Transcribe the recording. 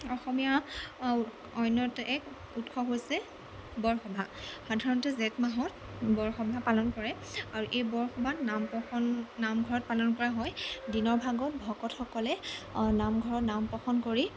অসমীয়াৰ অন্য এক উৎসৱ হৈছে বৰসভা সাধাৰণতে জেঠমাহত বৰসভা পালন কৰে আৰু এই বৰসভাত নাম প্ৰসং নামঘৰত পালন কৰা হয় দিনৰ ভাগত ভকতসকলে নামঘৰত নাম প্ৰসন কৰি